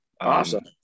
Awesome